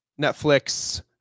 Netflix